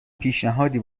پیشنهادی